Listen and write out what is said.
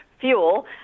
fuel